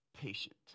patient